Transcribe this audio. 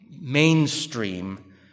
mainstream